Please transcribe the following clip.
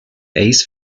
ace